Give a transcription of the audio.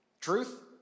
Truth